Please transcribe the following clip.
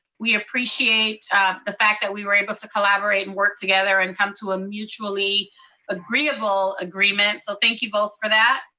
we appreciate the fact that we were able to collaborate, and work together, and come to a mutually agreeable agreement. so thank you both for that.